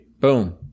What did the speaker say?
Boom